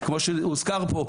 וכמו שהוזכר פה,